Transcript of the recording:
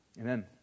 Amen